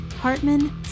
Hartman